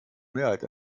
mehrheit